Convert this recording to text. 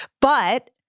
But-